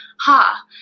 ha